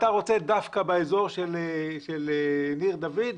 אתה רוצה דווקא באזור של ניר דוד?